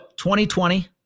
2020